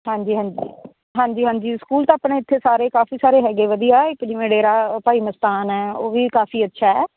ਹਾਂਜੀ ਹਾਂਜੀ ਹਾਂਜੀ ਹਾਂਜੀ ਸਕੂਲ ਤਾਂ ਆਪਣੇ ਇੱਥੇ ਸਾਰੇ ਕਾਫੀ ਸਾਰੇ ਹੈਗੇ ਵਧੀਆ ਇੱਕ ਜਿਵੇਂ ਡੇਰਾ ਭਾਈ ਮਸਤਾਨ ਹੈ ਉਹ ਵੀ ਕਾਫੀ ਅੱਛਾ